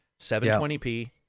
720p